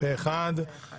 הצבעה בעד פה אחד אןשר.